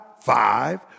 Five